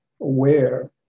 aware